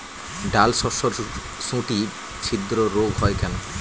ডালশস্যর শুটি ছিদ্র রোগ হয় কেন?